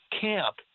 camp